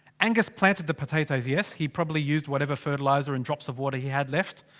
angus planted the potatoes, yes? he probably used whatever fertiliser and. drop of water he had left.